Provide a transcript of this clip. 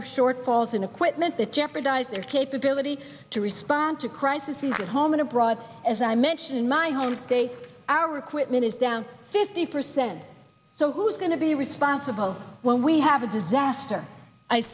of shortfalls in equipment that jeopardize their capability to respond to crisis in my home and abroad as i mentioned in my home state our equipment is down fifty percent so who's going to be responsible when we have a disaster i